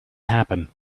happen